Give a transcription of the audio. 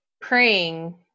praying